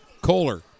Kohler